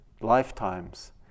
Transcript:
lifetimes